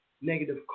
negative